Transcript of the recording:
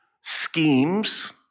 schemes